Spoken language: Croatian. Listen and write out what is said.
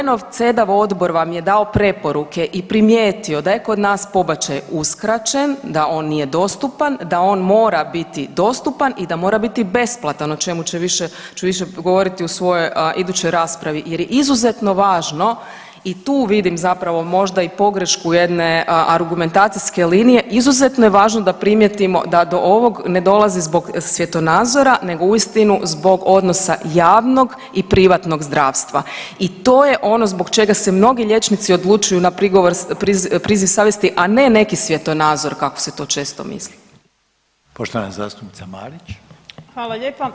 UN-ov CEDAW odbor vam je dao preporuke i primijetio da je kod nas pobačaj uskraćen, da on nije dostupan, da on mora biti dostupan i da mora biti besplatan, o čemu će više, ću više govoriti u svojoj idućoj raspravi jer je izuzetno važno i tu vidim zapravo možda i pogrešku jedne argumentacijske linije, izuzetno je važno da primijetimo da do ovog ne dolazi zbog svjetonazora nego uistinu zbog odnosa javnog i privatnog zdravstva i to je ono zbog čega se mnogi liječnici odlučuju na prigovor, priziv savjesti, a ne neki svjetonazor kako se to često misli.